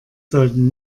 sollten